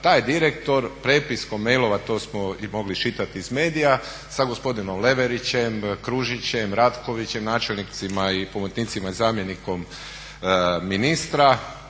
je direktor prepiskom mailova, to smo mogli čitati iz medija, sa gospodinom Leverićem, Kružićem, Ratkovićem načelnicima i pomoćnicima i zamjenikom ministra